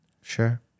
Sure